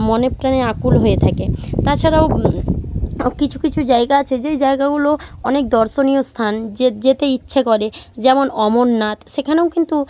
মনে প্রাণে আকূল হয়ে থাকে তাছাড়াও কিছু কিছু জায়গা আছে যেই জায়গাগুলো অনেক দর্শনীয় স্থান যে যেতে ইচ্ছে করে যেমন অমরনাথ সেখানেও কিন্তু